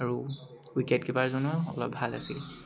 আৰু উইকেট কীপাৰজনো অলপ ভাল আছিল